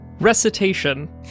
Recitation